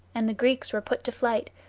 and the greeks were put to flight,